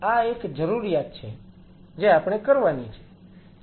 આ એક જરૂરિયાત છે જે આપણે કરવાની છે